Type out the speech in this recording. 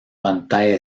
pantalla